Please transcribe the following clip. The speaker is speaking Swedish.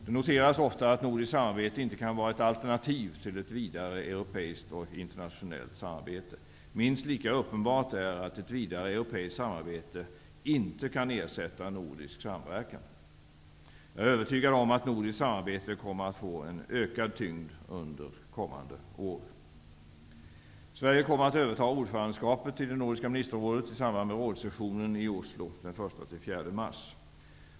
Det noteras ofta att nordiskt samarbete inte kan vara ett alternativ till ett vidare europeiskt och internationellt samarbete. Minst lika uppenbart är att ett vidare europeiskt samarbete inte kan ersätta nordisk samverkan. Jag är övertygad om att nordiskt samarbete kommer att få en ökad tyngd under kommande år. I samband med rådssessionen i Oslo den 1-4 mars kommer Sverige att överta ordförandeskapet i Nordiska ministerrådet.